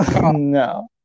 No